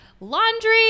laundry